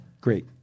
Great